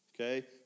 okay